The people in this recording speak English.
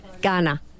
Ghana